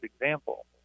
example